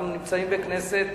אנחנו נמצאים בכנסת